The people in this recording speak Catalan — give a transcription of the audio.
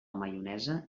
maionesa